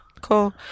cool